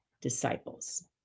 disciples